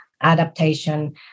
adaptation